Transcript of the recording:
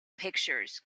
pictures